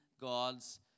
God's